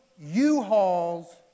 U-Hauls